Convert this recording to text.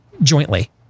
jointly